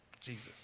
Jesus